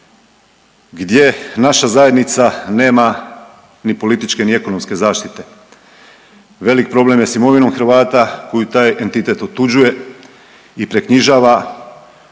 gdje naša zajednica nema ni političke, ni ekonomske zaštite. Velik problem je sa imovinom Hrvata koju taj entitet otuđuje i preknjižava